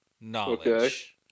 knowledge